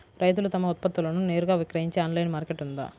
రైతులు తమ ఉత్పత్తులను నేరుగా విక్రయించే ఆన్లైను మార్కెట్ ఉందా?